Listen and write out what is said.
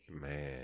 man